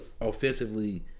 offensively